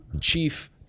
chief